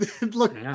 look